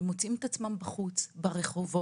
הם מוצאים את עצמם בחוץ, ברחובות.